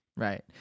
Right